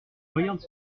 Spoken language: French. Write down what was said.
regardes